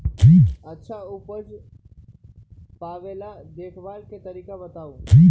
अच्छा उपज पावेला देखभाल के तरीका बताऊ?